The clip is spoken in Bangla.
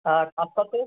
আর তার সাথে